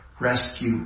Rescue